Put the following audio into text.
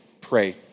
pray